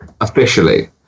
Officially